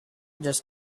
just